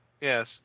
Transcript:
Yes